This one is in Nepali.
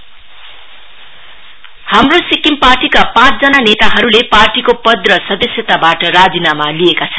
एचएसपी रेजिकनेशन हाम्रो सिक्किम पार्टीका पाँचजना नेताहरूले पार्टीको पद र सदस्यताबाट राजीनामा लिएका छन्